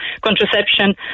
contraception